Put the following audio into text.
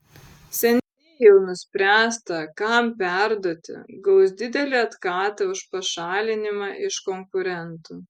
seniai jau nuspręsta kam perduoti gaus didelį atkatą už pašalinimą iš konkurentų